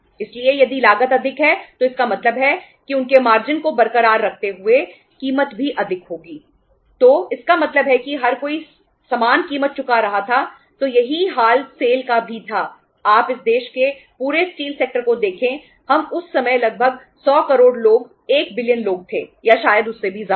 इसलिए यदि लागत अधिक है तो इसका मतलब है कि उनके मार्जिन लोग थे या शायद उससे भी ज्यादा